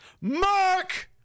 Mark